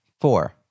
Four